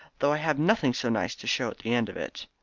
though i have nothing so nice to show at the end of it.